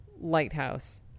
lighthouse